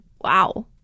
wow